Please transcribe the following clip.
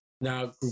Now